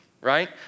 right